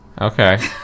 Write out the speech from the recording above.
Okay